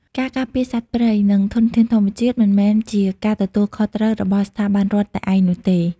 ការការពារសត្វព្រៃ និងធនធានធម្មជាតិ មិនមែនជាការទទួលខុសត្រូវរបស់ស្ថាប័នរដ្ឋតែឯងនោះទេ។